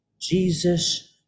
Jesus